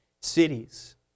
cities